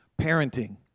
parenting